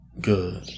good